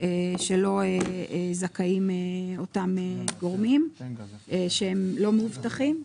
שלו זכאים אותם גורמים שהם לא מאובטחים.